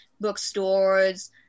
bookstores